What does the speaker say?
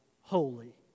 holy